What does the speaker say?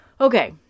Okay